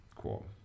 Cool